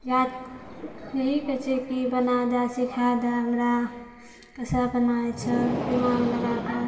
या इएह कहै छै की बना दए सिखा दए हमरा कैसे बनाबै छओ दिमाग लगाए कऽ